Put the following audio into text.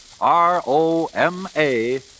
R-O-M-A